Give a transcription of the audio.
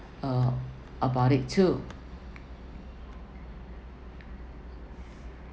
uh about it too